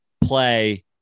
play